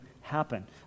happen